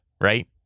right